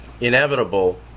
inevitable